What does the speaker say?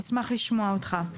אשמח לשמוע אותך.